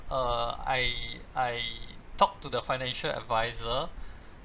uh I I talk to the financial advisor